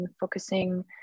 focusing